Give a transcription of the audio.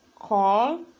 Call